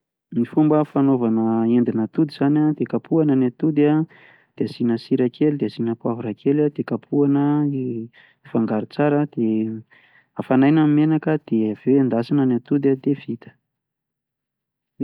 Ny fomba fanaovana ny endin'atody zany de kapohana ny atody de asina sira kely de asina poivra kely de kapohana de afangaro tsara de afanaina ny menaka de aveo endasina ny atody a de vita.